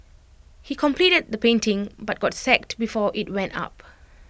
he completed the painting but got sacked before IT went up